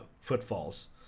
footfalls